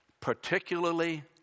particularly